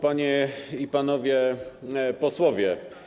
Panie i Panowie Posłowie!